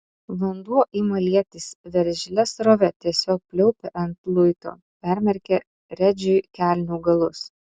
vanduo ima lietis veržlia srove tiesiog pliaupia ant luito permerkia redžiui kelnių galus